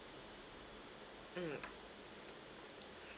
mm